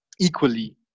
equally